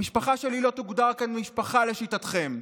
המשפחה שלי לא תוגדר כאן משפחה, לשיטתכם.